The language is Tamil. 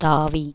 தாவி